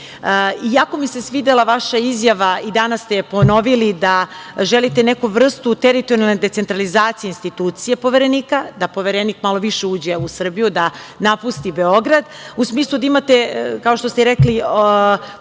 mi se svidela vaša izjava i danas ste je ponovili da želite neku vrstu teritorijalne decentralizacije institucije Poverenika, da Poverenik malo više uđe u Srbiju, da napusti Beograd, u smislu da imate kao što ste rekli područje